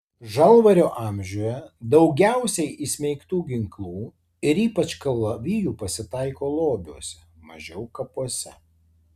žalvario amžiuje daugiausiai įsmeigtų ginklų ir ypač kalavijų pasitaiko lobiuose mažiau kapuose